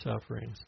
sufferings